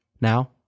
Now